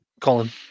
Colin